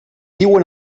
diuen